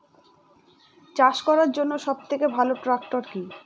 চাষ করার জন্য সবথেকে ভালো ট্র্যাক্টর কি?